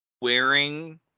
Wearing